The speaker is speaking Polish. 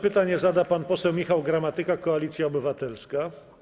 Pytanie zada pan poseł Michał Gramatyka, Koalicja Obywatelska.